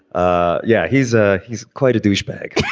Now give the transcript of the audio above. ah yeah, he's a he's quite a douchebag